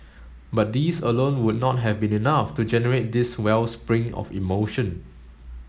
but these alone would not have been enough to generate this wellspring of emotion